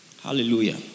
Hallelujah